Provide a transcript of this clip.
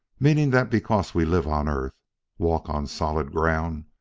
meaning that because we live on earth walk on solid ground,